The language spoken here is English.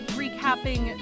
recapping